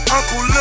Uncle